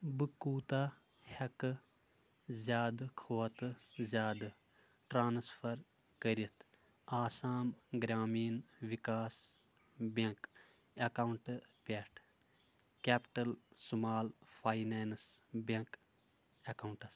بہٕ کوٗتاہ ہیٚکہٕ زیادٕ کھۄتہٕ زیادٕ ٹرانسفر کٔرِتھ آسام گرٛامیٖن وِکاس بیٚنٛک اکاونٹہٕ پیٚٹھ کیٚپِٹٕل سُمال فاینانٛس بیٚنٛک اکاونٹَس؟